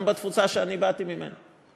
גם בתפוצה שאני באתי ממנה.